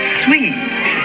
sweet